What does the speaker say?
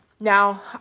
Now